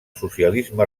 socialisme